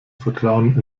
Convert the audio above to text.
vertrauen